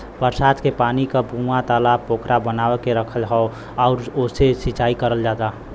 बरसात क पानी क कूंआ, तालाब पोखरा बनवा के रखल हौ आउर ओसे से सिंचाई करल जाला